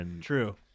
True